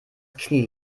knie